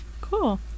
Cool